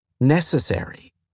necessary